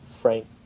frank